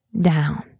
down